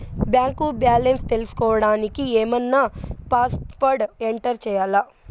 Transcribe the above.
Bank balance తెలుసుకోవడానికి ఏమన్నా password enter చేయాలా?